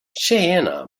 tjejerna